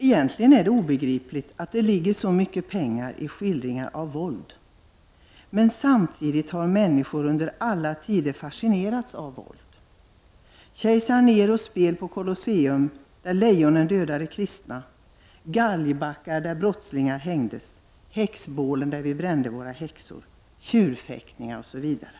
Det är obegripligt att det ligger så mycket pengar i att skildra våld, men samtidigt har människan under alla tider fascinerats av våld: Kejsar Neros spel på Colosseum där lejonen dödade de kristna, galgbackar där brottslingar hängdes, häxbålen, tjurfäktningar osv.